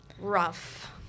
rough